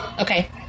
Okay